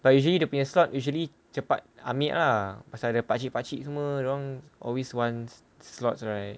but usually dia punya slot usually cepat ambil lah pasal dia pakcik-pakcik semua dia orang always wants slots right